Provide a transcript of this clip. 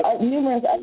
numerous